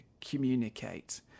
communicate